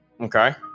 Okay